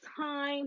time